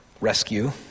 rescue